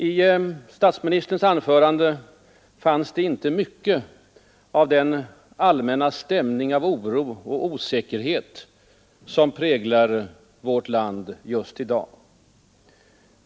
I statsministerns anförande fanns det inte mycket av den allmänna stämning av oro och osäkerhet som präglar vårt land just i dag.